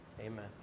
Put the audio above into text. amen